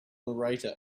narrator